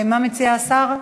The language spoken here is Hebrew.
מה מציע השר?